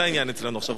זה העניין אצלנו עכשיו.